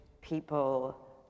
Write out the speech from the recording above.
people